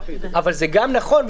אבל זה גם נכון,